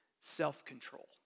self-control